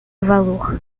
valor